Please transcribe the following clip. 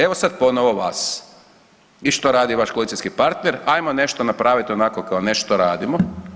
Evo sad ponovo vas i što radi vaš koalicijski partner hajmo nešto napraviti onako kao nešto radimo.